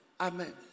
Amen